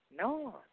No